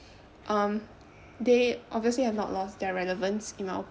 um they obviously have not lost their relevance in my